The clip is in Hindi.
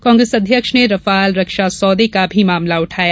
कांग्रेस अध्यक्ष ने रफाल रक्षा सौदे का भी मामला उठाया